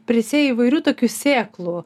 prisėjai įvairių tokių sėklų